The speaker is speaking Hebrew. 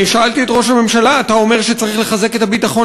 שאלתי את ראש הממשלה: אתה אומר שצריך לחזק את הביטחון